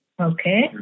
Okay